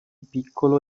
piccolo